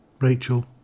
Rachel